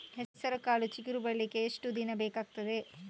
ಹೆಸರುಕಾಳು ಚಿಗುರು ಬರ್ಲಿಕ್ಕೆ ಎಷ್ಟು ದಿನ ಬೇಕಗ್ತಾದೆ?